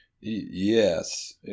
yes